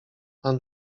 pan